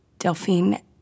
Delphine